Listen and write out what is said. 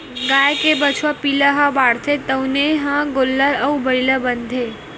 गाय के बछवा पिला ह बाढ़थे तउने ह गोल्लर अउ बइला बनथे